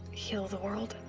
heal the world.